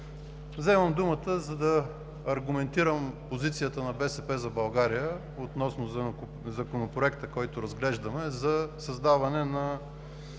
Вземам думата, за да аргументирам позицията на „БСП за България“ относно Законопроекта, който разглеждаме – за създаване на